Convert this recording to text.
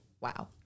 wow